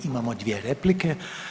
Imamo dvije replike.